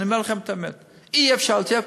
אני אומר לכם את האמת, אי-אפשר יותר.